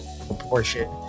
portion